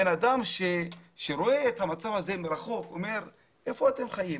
בן אדם שרואה את המצב הזה מרחוק אומר איפה אתם חיים,